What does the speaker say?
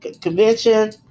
Convention